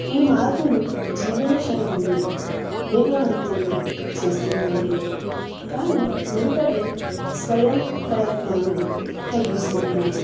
ఈ మార్పులు జీవన శైలిని వేగవంతనం చేస్తున్నాయి కానీ మునుపటి స్వయం ప్రయత్నాన్ని తగ్గిస్తున్నాయి